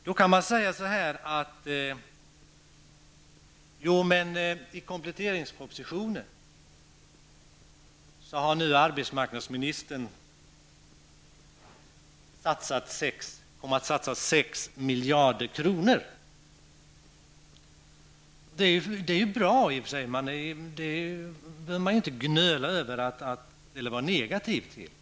Man kan invända att arbetsmarknadsministern i kompletteringspropositionen satsar 6 miljarder kronor. Det är bra i och för sig. Det behöver man inte vara negativ till.